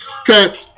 Okay